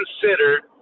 considered